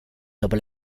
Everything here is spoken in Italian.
dopo